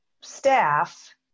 staff